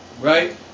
Right